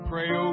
pray